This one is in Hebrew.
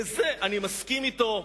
בזה אני מסכים אתו,